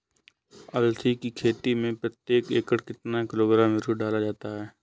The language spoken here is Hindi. अलसी की खेती में प्रति एकड़ कितना किलोग्राम यूरिया डाला जाता है?